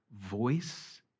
voice